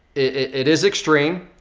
it is extreme,